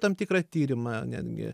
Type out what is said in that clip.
tam tikrą tyrimą netgi